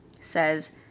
says